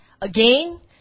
Again